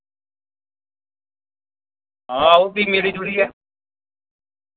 हां ओह् फ्ही मिली जुलियै